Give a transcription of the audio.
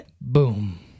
Boom